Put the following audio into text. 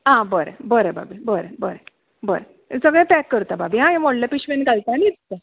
आं बरें भाभी बरें बरें हें सगळें पॅक करता भाभी आं हें व्हडले पिशवेंत घालता आनी दितां